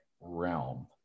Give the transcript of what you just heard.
realm